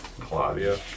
Claudia